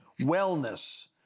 wellness